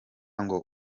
ngo